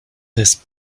his